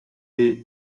est